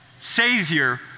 Savior